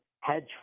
Hedge